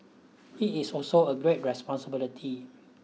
it is also a great responsibility